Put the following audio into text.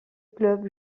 club